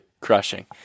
crushing